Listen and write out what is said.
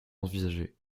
envisagés